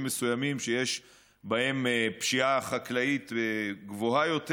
מסוימים שיש בהם פשיעה חקלאית גבוהה יותר.